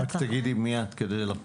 רק תגידי מי את לפרוטוקול.